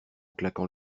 claquant